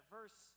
Verse